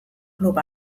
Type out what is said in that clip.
klub